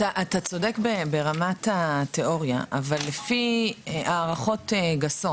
אתה צודק ברמת התיאוריה אבל לפי הערכות גסות